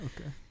Okay